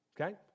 Okay